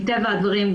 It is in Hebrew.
מטבע הדברים,